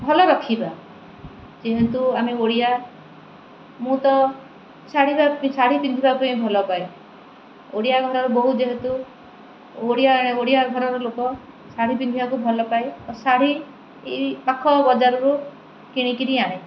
ଭଲ ରଖିବା ଯେହେତୁ ଆମେ ଓଡ଼ିଆ ମୁଁ ତ ଶାଢ଼ୀ ଶାଢ଼ୀ ପିନ୍ଧିବା ପାଇଁ ଭଲ ପାଏ ଓଡ଼ିଆ ଘରର ବହୁତ ଯେହେତୁ ଓଡ଼ିଆ ଓଡ଼ିଆ ଘରର ଲୋକ ଶାଢ଼ୀ ପିନ୍ଧିବାକୁ ଭଲ ପାଏ ଓ ଶାଢ଼ୀ ଏଇ ପାଖ ବଜାରରୁ କିଣିକରି ଆଣେ